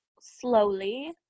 slowly